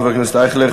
חבר הכנסת אייכלר.